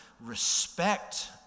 respect